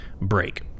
Break